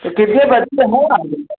तो कितने बच्चे हैं